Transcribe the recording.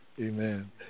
Amen